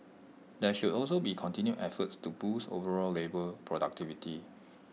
there should also be continued efforts to boost overall labour productivity